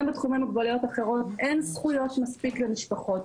בתחומי מוגבלויות אחרות אין זכויות מספיק למשפחות.